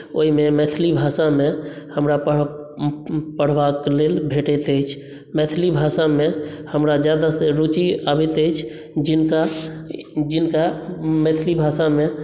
ओहिमे मैथिली भाषामे हमरा पढ़ पढ़बाक लेल भेटैत अछि मैथिली भाषामे हमरा ज्यादा से रुचि आबैत अछि जिनका जिनका मैथिली भाषामे